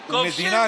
כובשים,